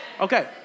Okay